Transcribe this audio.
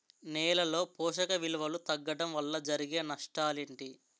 నేలలో పోషక విలువలు తగ్గడం వల్ల జరిగే నష్టాలేంటి?